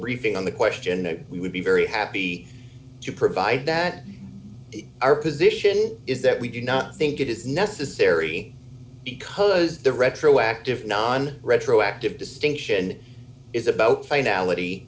briefing on the question knew we would be very happy to provide that our position is that we do not think it is necessary because the retroactive non retroactive distinction is about finality